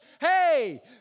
Hey